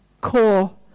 core